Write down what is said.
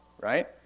Right